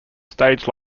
stage